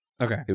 Okay